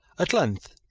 at length,